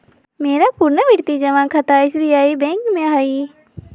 मेरा पुरनावृति जमा खता एस.बी.आई बैंक में हइ